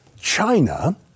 China